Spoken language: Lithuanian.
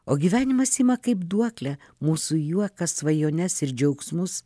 o gyvenimas ima kaip duoklę mūsų juoką svajones ir džiaugsmus